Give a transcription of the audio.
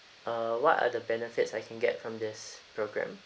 uh what are the benefits I can get from this programme